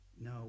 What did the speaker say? no